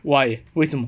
why 为什么